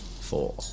four